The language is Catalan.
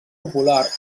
popular